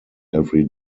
every